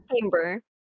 Chamber